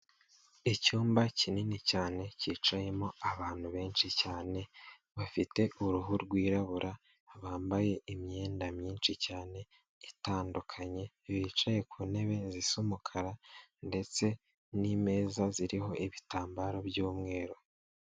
Icyumba kinini cyane cyicayemo abantu benshi cyane bafite uruhu rwirabura, bambaye imyenda myinshi cyane itandukanye bicaye ku ntebe z'umukara ndetse nameza ziriho ibitambaro by'umweru.